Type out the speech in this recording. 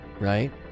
right